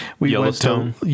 Yellowstone